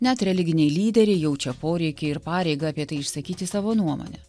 net religiniai lyderiai jaučia poreikį ir pareigą apie tai išsakyti savo nuomonę